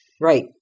Right